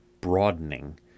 broadening